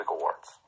Awards